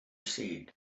said